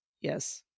Yes